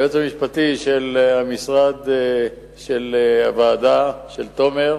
של היועץ המשפטי של הוועדה, תומר,